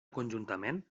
conjuntament